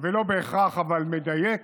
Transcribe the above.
ולא בהכרח מדייק,